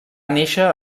néixer